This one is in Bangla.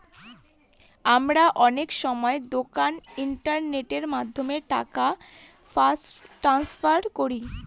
আমরা অনেক সময় দোকানে ইন্টারনেটের মাধ্যমে টাকা ট্রান্সফার করি